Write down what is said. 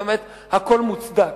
ובאמת הכול מוצדק,